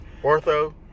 Ortho